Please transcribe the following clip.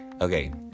okay